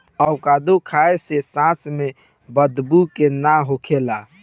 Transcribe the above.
avocado खाए से सांस में बदबू के ना होखेला